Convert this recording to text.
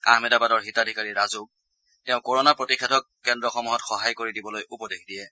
আহমেদাবাদৰ হিতাধিকাৰী ৰাজুক তেওঁ কৰোণা প্ৰতিষেধক কেন্দ্ৰসমূহত সহায় কৰি দিবলৈ উপদেশ দিয়ে